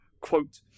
quote